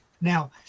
Now